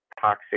toxic